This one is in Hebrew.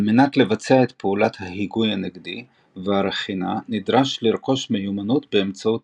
על מנת לבצע את פעולת ההיגוי הנגדי והרכינה נדרש לרכוש מיומנות באמצעות